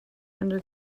under